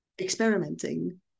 experimenting